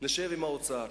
נשב עם האוצר,